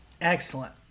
Excellent